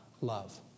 love